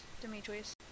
Demetrius